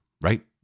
right